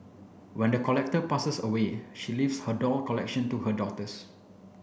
when the collector passes away she leaves her doll collection to her daughters